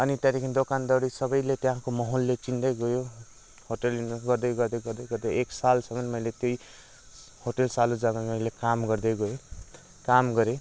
अनि त्यहाँदेखि दोकान दौडीदेखि लिएर सबैले त्याँहाको माहोलले चिन्दै गयो होटेल गर्दै गर्दै गर्दै गर्दै एक सालसम्म मैले त्यही होटेल सालुजामा मैले काम गर्दै गएँ काम गरेँ